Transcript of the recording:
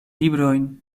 librojn